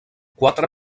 quatre